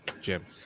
Jim